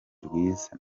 rwiza